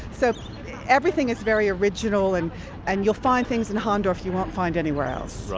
so everything is very original, and and you'll find things in hahndorf you won't find anywhere else.